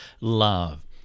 love